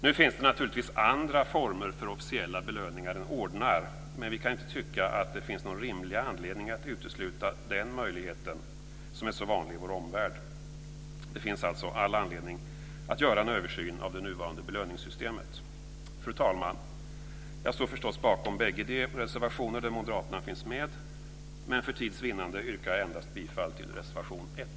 Nu finns det naturligtvis andra former för officiella belöningar än ordnar, men vi kan inte tycka att det finns någon rimlig anledning att utesluta den möjligheten som är så vanlig i vår omvärld. Det finns därför all anledning att göra en översyn av det nuvarande belöningssystemet. Fru talman! Jag står förstås bakom bägge de reservationer där moderaterna finns med, men för tids vinnande yrkar jag bifall endast till reservation 1.